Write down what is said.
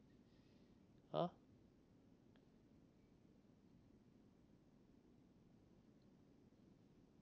ha